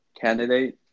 candidate